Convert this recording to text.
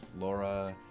Laura